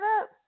up